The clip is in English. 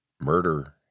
murder